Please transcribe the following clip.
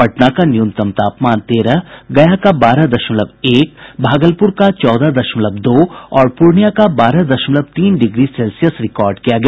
पटना का न्यूनतम तापमान तेरह गया का बारह दशमलव एक भागलपुर का चौदह दशमलव दो और पूर्णिया का बारह दशमलव तीन डिग्री सेल्सियस रिकार्ड किया गया